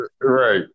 Right